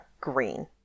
green